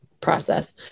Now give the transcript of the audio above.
process